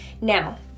Now